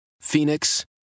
Phoenix